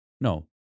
No